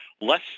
less